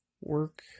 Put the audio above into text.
work